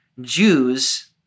Jews—